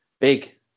big